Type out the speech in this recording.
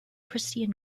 christian